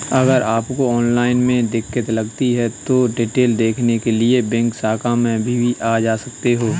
अगर आपको ऑनलाइन में दिक्कत लगती है तो डिटेल देखने के लिए बैंक शाखा में भी जा सकते हैं